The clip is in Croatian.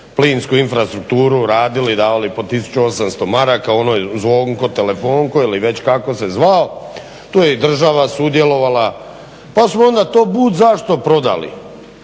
plinsku infrastrukturu radili, davali po 1800 maraka onom Zvonko-telefonko ili već kako se zvao, tu je i država sudjelovala. Pa smo onda budzašto prodali.